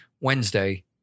Wednesday